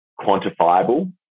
quantifiable